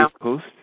post